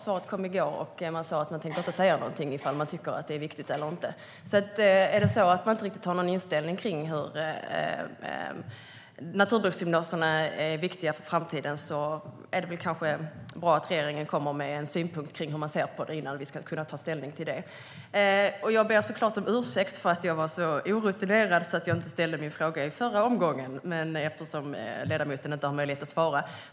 Svaret kom i går, men man vill inte säga om man tycker att det är viktigt eller inte. Om man inte har någon inställning till hur viktiga naturbruksgymnasierna är för framtiden är det kanske bra att regeringen kommer med en synpunkt innan vi kan ta ställning. Jag ber om ursäkt för att jag var så orutinerad att jag inte ställde min fråga i förra replikomgången, eftersom ledamoten inte har möjlighet att svara.